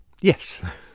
Yes